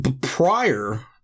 Prior